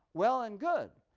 well and good,